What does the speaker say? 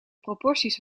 proporties